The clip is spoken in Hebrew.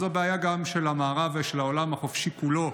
זו בעיה גם של המערב ושל העולם החופשי כולו,